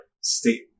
state